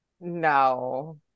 No